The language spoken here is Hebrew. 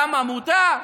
למה מותר?